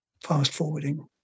fast-forwarding